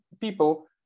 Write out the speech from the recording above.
people